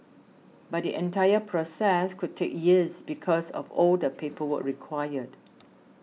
but the entire process could take years because of all the paperwork required